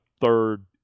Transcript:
third